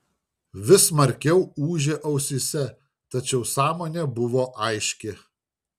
vis smarkiau ūžė ausyse tačiau sąmonė buvo aiški